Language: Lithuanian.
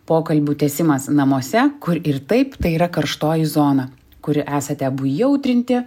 pokalbių tęsimas namuose kur ir taip tai yra karštoji zona kur esate abu įjautrinti